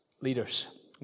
leaders